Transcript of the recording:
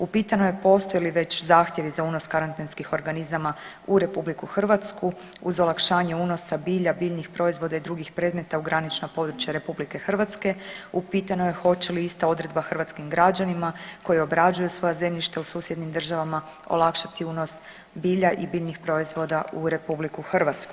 Upitano je postoji li već zahtjevi za unos karantenskih organizama u RH, uz olakšanje unosa bilja, biljnih proizvoda i drugih predmeta u granična područja RH, upitano je hoće li ista odredba hrvatskim građanima koji obrađuju svoja zemljišta u susjednim državama olakšati unos bilja i biljnih proizvoda u RH.